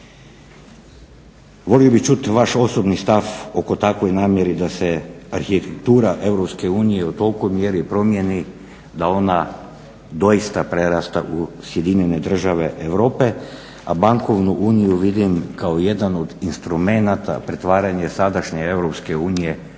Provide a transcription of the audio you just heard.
Volio bih čuti vaš osobni stav oko takve namjere da se arhitektura EU u tolikoj mjeri promijeni da ona doista prerasta u sjedinjene države Europe, a bankovnu uniju vidim kao jedan od instrumenata, pretvaranje sadašnje EU upravo